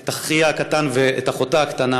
את אחיה הקטן ואת אחותה הקטנה